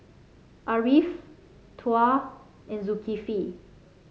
Ariff Tuah and Zulkifli